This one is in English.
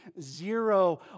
zero